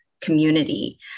community